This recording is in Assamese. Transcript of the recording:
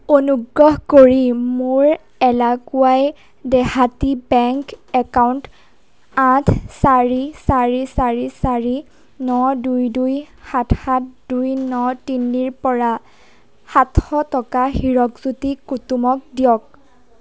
অনুগ্ৰহ কৰি মোৰ এলাকুৱাই দেহাতী বেংক একাউণ্ট আঠ চাৰি চাৰি চাৰি চাৰি ন দুই দুই সাত সাত দুই ন তিনিৰ পৰা সাতশ টকা হিৰাকজ্যোতি কুতুমক দিয়ক